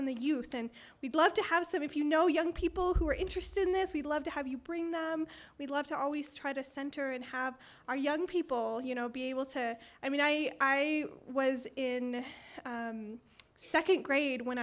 on the youth and we'd love to have some if you know young people who are interested in this we'd love to have you bring them we love to always try to center and have our young people you know be able to i mean i was in second grade when